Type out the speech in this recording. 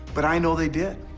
but i know they did.